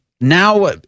now